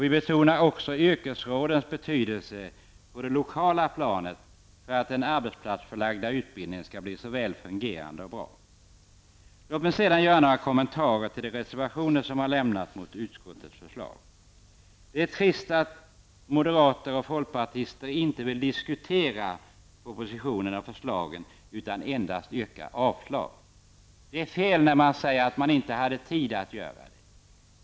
Vi betonar också yrkesrådens betydelse på det lokala planet för att den arbetsplatsförlagda utbildningen skall bli väl fungerande och bra. Låt mig sedan göra några kommentarer till de reservationer till utskottets förslag som avgivits. Det är trist att moderater och folkpartister inte vill diskutera propositionens förslag utan endast yrkar avslag. Det är fel när man säger att man inte har tid att göra det.